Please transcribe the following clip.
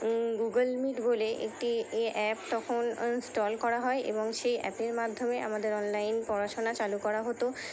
Google Meet বলে একটি এ অ্যাপ তখন ইনস্টল করা হয় এবং সেই অ্যাপের মাধ্যমে আমাদের অনলাইন পড়াশোনা চালু করা হতো